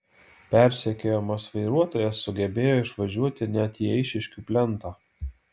persekiojamas vairuotojas sugebėjo išvažiuoti net į eišiškių plentą